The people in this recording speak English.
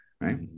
right